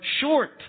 short